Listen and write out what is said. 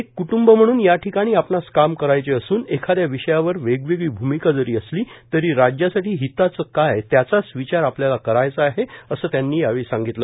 एक कुटुंब म्हणून याठिकाणी आपणांस काम करायचे असून एखादया विषयावर वेगवेगळी भूमिका जरी असली तरी राज्यासाठी हिताचे काय त्याचाच विचार आपल्याला करायचा आहे असं त्यांनी सांगितलं